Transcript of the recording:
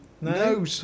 No